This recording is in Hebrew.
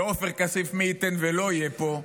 ועופר כסיף, מי ייתן ולא יהיה פה,